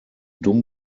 dumm